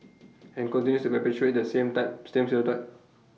and continue to perpetuate that same type same stereotype